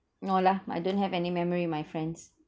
no lah I don't have any memory with my friends